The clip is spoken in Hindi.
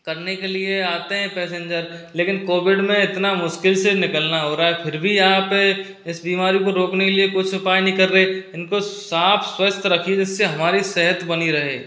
करने के लिए आते है पैसेंजर लेकिन कोविड में इतना मुश्किल से निकलना हो रहा है फिर भी आप इस बीमारी को रोकने के लिए कुछ उपाय नहीं कर रहें इनको साफ स्वास्थ रखिए जिससे हमारी सेहत बनी रहे